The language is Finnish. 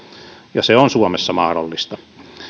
ja se on suomessa mahdollista